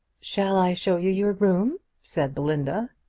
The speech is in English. shall i show you your room? said belinda.